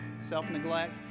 self-neglect